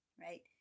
right